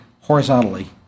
horizontally